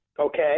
Okay